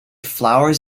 flowers